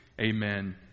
amen